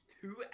two